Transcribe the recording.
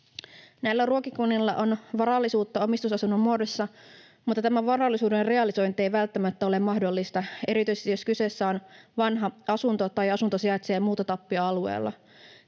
Näillä ruokakunnilla on varallisuutta omistusasunnon muodossa, mutta tämän varallisuuden realisointi ei välttämättä ole mahdollista erityisesti, jos kyseessä on vanha asunto tai jos asunto sijaitsee muuttotappioalueella.